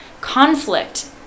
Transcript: Conflict